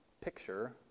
picture